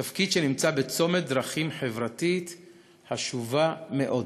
תפקיד שנמצא בצומת דרכים חברתי חשוב מאוד.